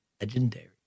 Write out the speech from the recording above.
Legendary